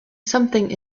something